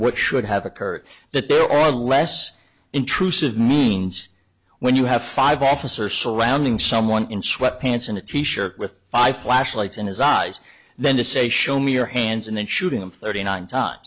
what should have occur that there are less intrusive means when you have five officers so landing someone in sweatpants and a t shirt with five flashlights in his eyes then to say show me your hands and then shooting them thirty nine times